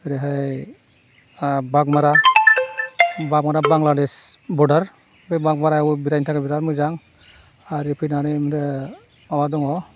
ओरैहाय बाघमारा बाघमारा बांलादेस बर्डार बे बाघमारायवबो बेरायनो थाखाय बिराद मोजां आरो फैनानै ओमफ्राय माबा दङ